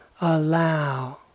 allow